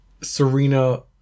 Serena